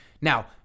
Now